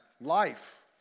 life